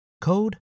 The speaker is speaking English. code